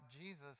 Jesus